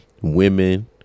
women